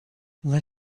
let